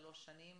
שלוש שנים,